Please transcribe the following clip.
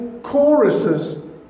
Choruses